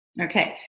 Okay